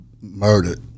Murdered